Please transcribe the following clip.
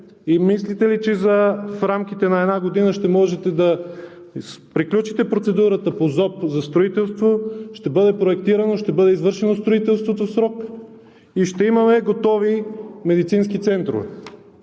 Мислите ли, че в рамките на една година ще можете да приключите процедурата по ЗОП за строителство, ще бъде проектирано, ще бъде извършено строителството в срок и ще имаме готови спешни медицински центрове?